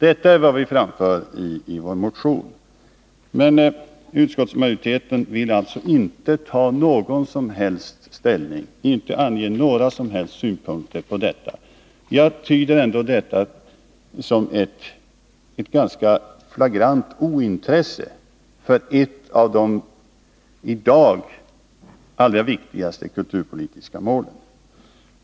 Detta är vad vi framför i vår motion. Men utskottsmajoriteten vill alltså inte ta någon som helst ställning, inte avge några som helst synpunkter. Jag tyder detta som ett ganska flagrant ointresse för ett av de i dag allra viktigaste kulturpolitiska målen.